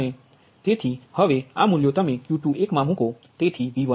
તેથી હવે આ મૂલ્યો તમે Q21 મા મૂકો